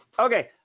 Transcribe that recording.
Okay